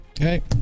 Okay